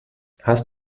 hast